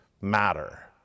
matter